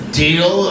deal